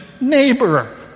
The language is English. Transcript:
neighbor